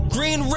Green